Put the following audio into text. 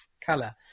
color